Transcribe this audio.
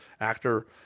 actor